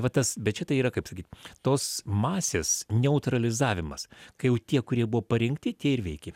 va tas bet čia tai yra kaip sakyt tos masės neutralizavimas kai jau tie kurie buvo parinkti tie ir veikė